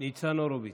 ניצן הורוביץ.